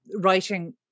writing